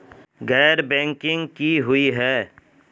गैर बैंकिंग की हुई है?